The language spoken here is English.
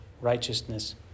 righteousness